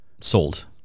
sold